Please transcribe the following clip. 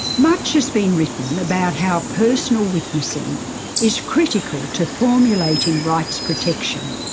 much has been written about how personal witnessing is critical to formulating rights protection,